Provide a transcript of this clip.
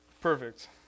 Perfect